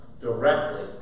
directly